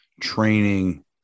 training